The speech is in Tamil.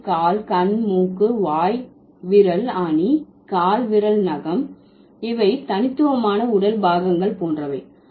கை கால் கண் மூக்கு வாய் விரல் ஆணி கால் விரல் நகம் இவை தனித்துவமான உடல் பாகங்கள் போன்றவை